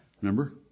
Remember